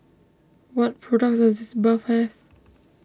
what products does Sitz Bath have